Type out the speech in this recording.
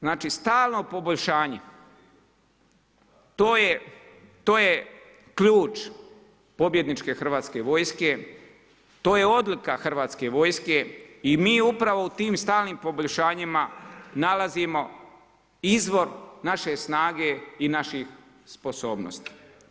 Znači stalno poboljšanje, to je ključ pobjedničke hrvatske vojske, to je odlika hrvatske vojske, i mi upravo u tim stalnim poboljšanjima nalazimo izvor naše snage i naših sposobnosti.